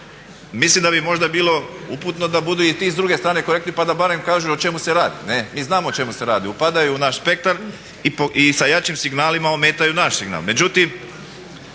mislim da bi možda bilo uputno da budu i ti s druge strane korektni pa da barem kažu o čemu sredi. Mi znamo o čemu se radi, upadaju u naš spektar i sa jačim signalima ometaju naš signal.